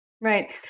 Right